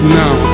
now